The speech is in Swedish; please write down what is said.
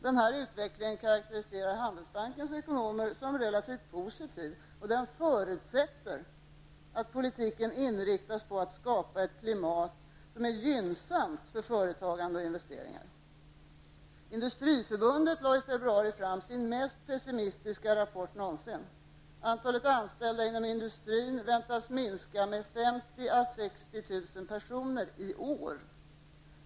Denna utveckling karaktäriserar Handelsbankens ekonomer som ''relativt positiv'', och den förutsätter att politiken inriktas på att skapa ett klimat som är gynnsamt för företagande och investeringar. Industriförbundet lade i februari fram sin mest pessimistiska rapport någonsin. Antalet anställda inom industrin väntas minska med 50 000--60 000 personer i år.